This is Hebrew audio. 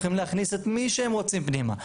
הם יכולים להכניס את מי שהם רוצים פנימה,